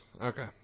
Okay